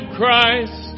Christ